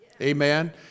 Amen